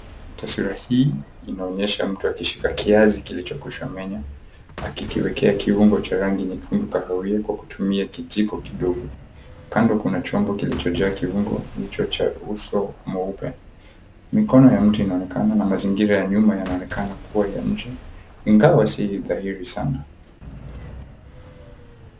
Taswira hii inaonyesha mtu akishika kiazi kilicho kwisha menywa akikiwekea kiungo cha rangi nyekundu kahawia kwa kutumia kijiko kidogo. Kando kuna chombo kilichojaa kiungo hicho cha uso mweupe. Mikono ya mtu inaonekana na mazingira ya nyuma yanaonekana kua ya nje ingawa si dhahiri sana.